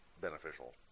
beneficial